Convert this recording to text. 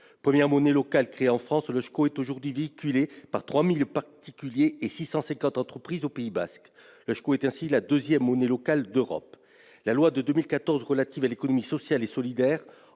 Première monnaie locale créée en France, l'eusko est aujourd'hui véhiculé par 3 000 particuliers et 650 entreprises au Pays basque. L'eusko est ainsi la deuxième monnaie locale d'Europe. La loi de 2014 relative à l'économie sociale et solidaire